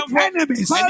enemies